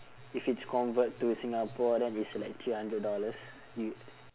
if it's convert to singapore then it's like three hundred dollars you